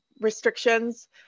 restrictions